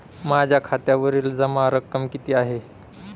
माझ्या खात्यावरील जमा रक्कम किती आहे?